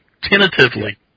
Tentatively